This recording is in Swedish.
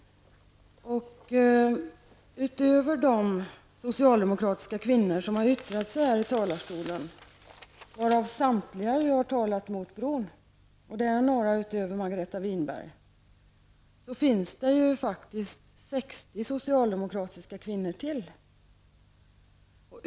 Utöver de socialdemokratiska kvinnor som har yttrat sig i talarstolen, varav samtliga har talat emot bron, och det är några utöver Margareta Winberg, finns det faktiskt 60 socialdemokratiska kvinnor till.